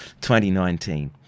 2019